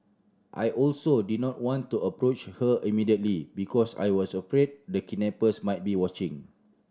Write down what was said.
I also did not want to approach her immediately because I was afraid the kidnappers might be watching